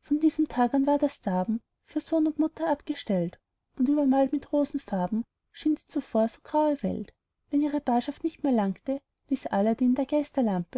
von diesem tag an war das darben für sohn und mutter abgestellt und übermalt mit rosenfarben schien die zuvor so graue welt wenn ihre barschaft nicht mehr langte ließ aladdin der